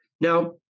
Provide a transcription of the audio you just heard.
Now